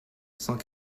cent